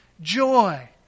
Joy